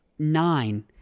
Nine